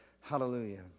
Hallelujah